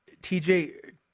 TJ